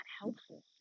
helpful